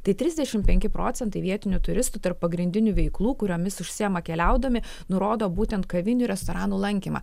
tai trisdešimt penki procentai vietinių turistų tarp pagrindinių veiklų kuriomis užsiima keliaudami nurodo būtent kavinių restoranų lankymą